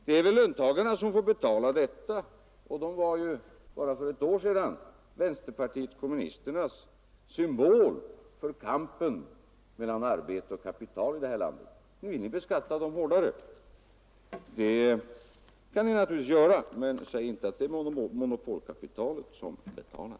Det är väl löntagarna som får betala detta, och de var, som sagt, bara för ett år sedan vänsterpartiet kommunisternas symbol för kampen mellan arbete och kapital här i landet. Nu vill ni alltså beskatta dem hårdare. Det kan ni naturligtvis göra men säg inte att det är monopolkapitalet som betalar!